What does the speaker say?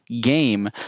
game